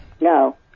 No